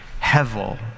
hevel